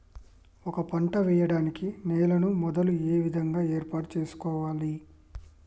ఒక పంట వెయ్యడానికి నేలను మొదలు ఏ విధంగా ఏర్పాటు చేసుకోవాలి?